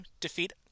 defeat